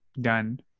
done